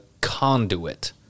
conduit